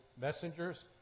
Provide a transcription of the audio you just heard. messengers